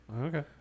Okay